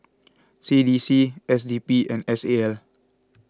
C D C S D P and S A L